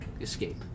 escape